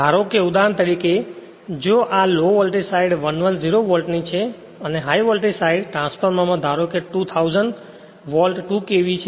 ધારો કે ઉદાહરણ તરીકે જો આ લો વોલ્ટેજ સાઇડ 110 વોલ્ટની છે અને હાઇ વોલ્ટેજ સાઇડ ટ્રાન્સફોર્મરમાં ધારો કે 2000 વોલ્ટ 2 KV છે